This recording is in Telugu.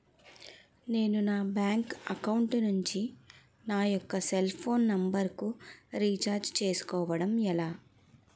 నేను నా బ్యాంక్ అకౌంట్ నుంచి నా యెక్క సెల్ ఫోన్ నంబర్ కు రీఛార్జ్ చేసుకోవడం ఎలా?